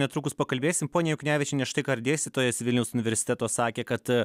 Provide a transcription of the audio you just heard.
netrukus pakalbėsim ponia juknevičiene štai ką ir dėstytojas vilniaus universiteto sakė kad